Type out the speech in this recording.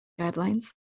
guidelines